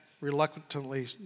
reluctantly